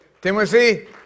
Timothy